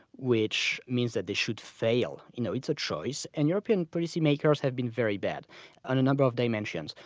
which means that they should fail. you know it's a choice, and european policymakers have been very bad on a number of dimensions.